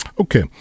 Okay